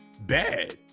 bad